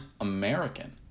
American